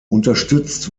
unterstützt